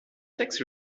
texte